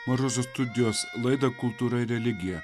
mažosios studijos laidą kultūra ir religija